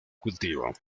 cultivo